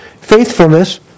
faithfulness